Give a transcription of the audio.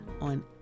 on